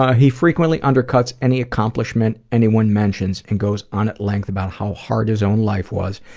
ah he frequently undercuts any accomplishment anyone mentions and goes on at length about how hard his own life was,